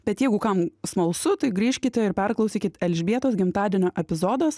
bet jeigu kam smalsu tai grįžkite ir perklausykit elžbietos gimtadienio epizodas